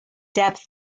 depth